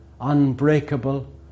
unbreakable